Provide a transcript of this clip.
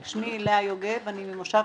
שמי לאה יוגב, אני ממושב